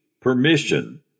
permission